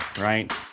Right